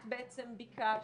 את בעצם ביקשת,